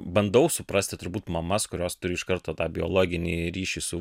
bandau suprasti turbūt mamas kurios turi iš karto tą biologinį ryšį su